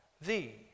thee